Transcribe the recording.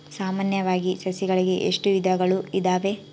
ಸಾಮಾನ್ಯವಾಗಿ ಸಸಿಗಳಲ್ಲಿ ಎಷ್ಟು ವಿಧಗಳು ಇದಾವೆ?